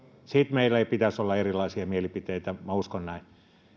siitä meillä ei pitäisi olla erilaisia mielipiteitä minä uskon näin